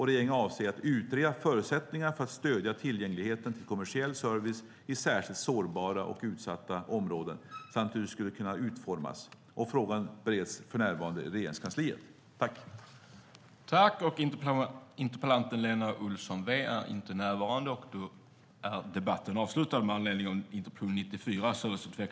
Regeringen avser att utreda förutsättningar för att stödja tillgängligheten till kommersiell service i särskilt sårbara och utsatta områden samt hur det skulle kunna utformas. Frågan bereds för närvarande i Regeringskansliet. Andre vice talmannen konstaterade att interpellanten inte var närvarande i kammaren och förklarade överläggningen avslutad.